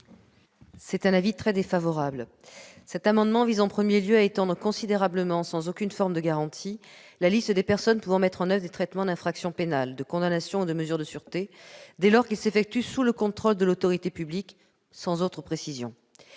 est très défavorable. Cet amendement vise d'abord à étendre considérablement, sans aucune forme de garantie, la liste des personnes pouvant mettre en oeuvre des traitements d'infractions pénales, de condamnations ou de mesures de sûreté dès lors qu'ils s'effectuent « sous le contrôle de l'autorité publique », sans autre précision.